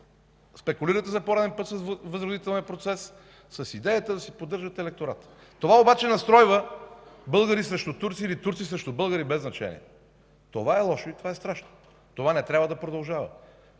спекулирате за пореден път с Възродителния процес, с идеята да си поддържате електората. Това обаче настройва българи срещу турци или турци срещу българи, без значение. Това е лошо и това е страшно. Това не трябва да продължава.